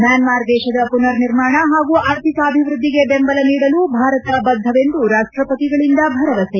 Myanmar ದೇಶದ ಪುನರ್ನಿರ್ಮಾಣ ಹಾಗೂ ಆರ್ಥಿಕಾಭಿವೃದ್ವಿಗೆ ಬೆಂಬಲ ನೀಡಲು ಭಾರತ ಬದ್ದವೆಂದು ರಾಷ್ಟಪತಿಗಳಿಂದ ಭರವಸೆ